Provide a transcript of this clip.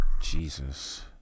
Jesus